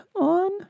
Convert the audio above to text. on